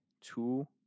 two